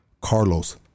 Carlos